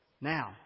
Now